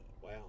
Wow